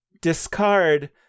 discard